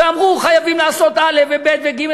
ואמרו שחייבים לעשות א', ב' וג'.